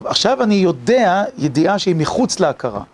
עכשיו אני יודע ידיעה שהיא מחוץ להכרה.